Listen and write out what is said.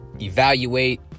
evaluate